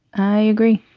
i agree